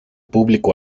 público